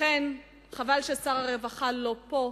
לכן חבל ששר הרווחה לא פה,